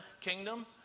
kingdom